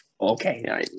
okay